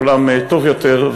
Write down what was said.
עולם טוב יותר,